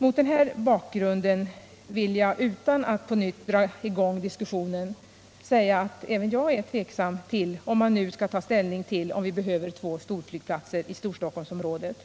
Mot den här bakgrunden vill jag, utan att på nytt dra i gång diskussionen, säga att även jag är tveksam till om man nu skall ta ställning till om vi behöver två storflygplatser i Storstockholmsområdet